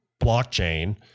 blockchain